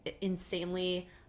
insanely